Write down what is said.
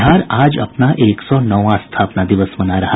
बिहार आज अपना एक सौ नौवां स्थापना दिवस मना रहा